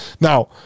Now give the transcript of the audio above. now